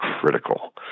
critical